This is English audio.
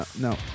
no